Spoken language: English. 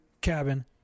cabin